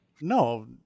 No